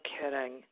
kidding